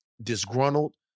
disgruntled